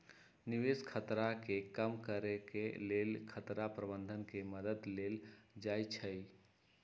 निवेश खतरा के कम करेके लेल खतरा प्रबंधन के मद्दत लेल जाइ छइ